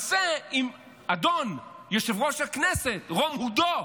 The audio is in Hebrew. נעשה אם אדון יושב-ראש הכנסת, ירום הודו,